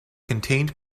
contained